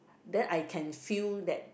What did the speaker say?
then I can feel that